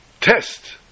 test